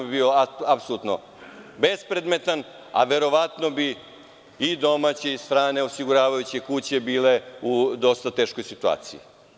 Bio bi apsolutno bespredmetan a verovatno bi i domaće i strane osiguravajuće kuće bile u dosta teškoj situaciji.